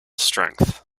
strength